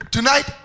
Tonight